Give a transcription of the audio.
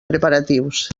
preparatius